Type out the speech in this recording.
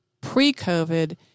pre-COVID